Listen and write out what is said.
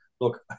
look